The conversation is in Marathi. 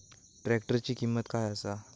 ट्रॅक्टराची किंमत काय आसा?